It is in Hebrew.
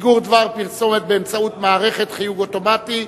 שיגור דבר פרסומת באמצעות מערכת חיוג אוטומטי),